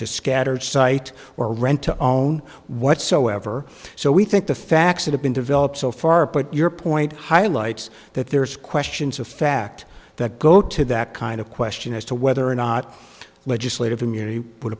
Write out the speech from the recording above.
to scattered site or rent to own whatsoever so we think the facts that have been developed so far but your point highlights that there's questions of fact that go to that kind of question as to whether or not legislative immunity would